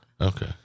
Okay